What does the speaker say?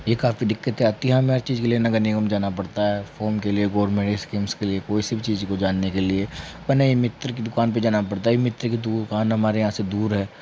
एक आध तो दिक्कतें आती है हमें हर चीज़ के लिए नगर निगम जाना पड़ता है फार्म के लिए गौरमेंट स्कीम्स के लिए कोई सी भी चीज़ को जानने के लिए वरना एक मित्र की दुकान पर जाना पड़ता है मित्र की दुकान हमारे यहाँ से दूर है